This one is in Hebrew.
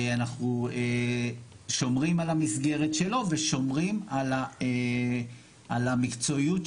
אנחנו שומרים על המסגרת שלו ושומרים על המקצועיות שבו.